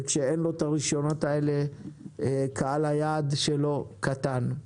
וכשאין לו את הרישיונות האלה קהל היעד שלו קטן.